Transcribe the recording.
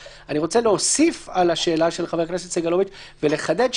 אני רוצה להוסיף על השאלה של חבר הכנסת סגלוביץ' ולחדד,